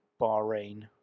Bahrain